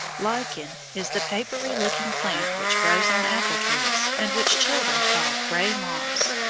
lichen is the papery-looking plant which grows on apple trees, and which children call grey moss.